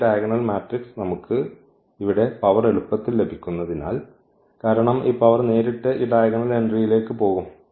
ഈ diagonal matrix നമുക്ക് ഇവിടെ പവർ എളുപ്പത്തിൽ ലഭിക്കുന്നതിനാൽ കാരണം ഈ പവർ നേരിട്ട് ഈ ഡയഗണൽ എൻട്രിയിലേക്ക് പോകും